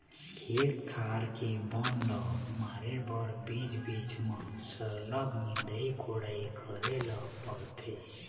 खेत खार के बन ल मारे बर बीच बीच म सरलग निंदई कोड़ई करे ल परथे